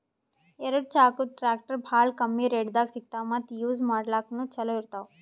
ಎರಡ ಚಾಕದ್ ಟ್ರ್ಯಾಕ್ಟರ್ ಭಾಳ್ ಕಮ್ಮಿ ರೇಟ್ದಾಗ್ ಸಿಗ್ತವ್ ಮತ್ತ್ ಯೂಜ್ ಮಾಡ್ಲಾಕ್ನು ಛಲೋ ಇರ್ತವ್